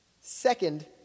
Second